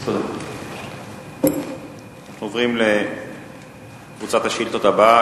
אנחנו עוברים לקבוצת השאילתות הבאה,